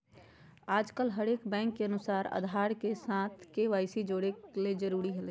आजकल हरेक बैंक के अनुसार आधार के साथ के.वाई.सी जोड़े ल जरूरी हय